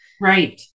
Right